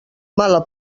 mala